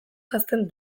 janzten